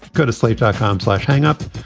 go to sleep dot com slash hang up.